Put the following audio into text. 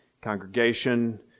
Congregation